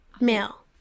male